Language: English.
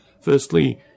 firstly